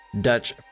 Dutch